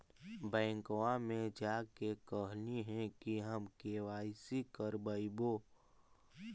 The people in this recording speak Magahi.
बैंकवा मे जा के कहलिऐ कि हम के.वाई.सी करईवो?